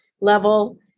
level